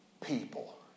People